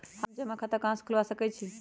हम जमा खाता कहां खुलवा सकई छी?